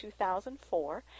2004